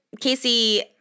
Casey